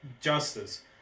justice